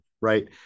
right